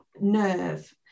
nerve